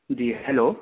جی hello